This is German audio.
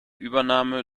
übernahme